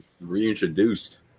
Reintroduced